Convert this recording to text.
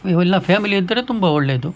ಇವೆಲ್ಲ ಫ್ಯಾಮಿಲಿ ಇದ್ದರೆ ತುಂಬ ಒಳ್ಳೆದು